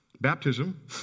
Baptism